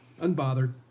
Unbothered